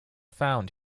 found